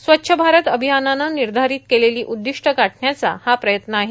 स्वच्छ भारत अभियानानं निर्धारित केलेली उद्दिष्ट गाठण्याचा हा प्रयत्न आहे